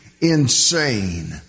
insane